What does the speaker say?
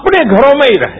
अपने घरों में ही रहें